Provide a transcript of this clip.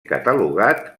catalogat